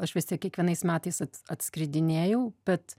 aš vis tiek kiekvienais metais atskridinėjau bet